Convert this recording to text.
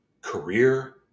career